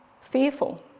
fearful